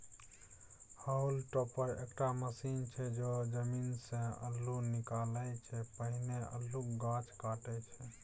hall टॉपर एकटा machine छै जे जमीनसँ अल्लु निकालै सँ पहिने अल्लुक गाछ काटय छै